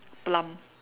plum